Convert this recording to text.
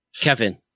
Kevin